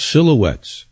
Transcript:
Silhouettes